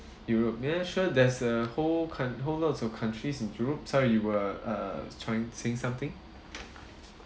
europe ya sure there's a whole coun~ whole lots of countries in europe sorry you were uh was trying saying something